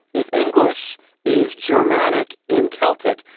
if english is germanic in celtic.